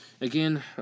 again